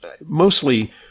mostly